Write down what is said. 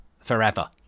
forever